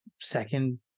second